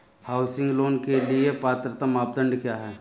Housing loan के लिए पात्रता मानदंड क्या हैं?